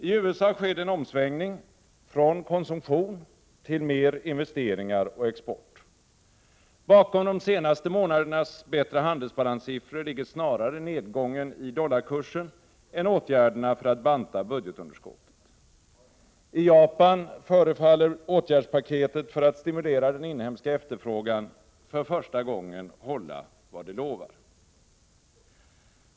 I USA sker det en omsvängning från konsumtion till mer investeringar och export. Bakom de senaste månadernas bättre handelsbalanssiffror ligger snarare nedgången i dollarkursen än åtgärderna för att banta budgetunderskottet. I Japan förefaller åtgärdspaketet för att stimulera den inhemska efterfrågan för första gången hålla vad det lovar.